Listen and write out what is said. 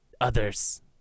others